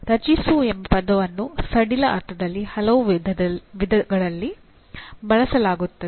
ರಚಿಸು ಎಂಬ ಪದವನ್ನು ಸಡಿಲ ಅರ್ಥದಲ್ಲಿ ಹಲವು ವಿಧಗಳಲ್ಲಿ ಬಳಸಲಾಗುತ್ತದೆ